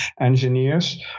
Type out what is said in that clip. engineers